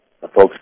folks